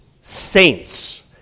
saints